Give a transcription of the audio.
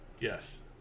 Yes